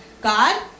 God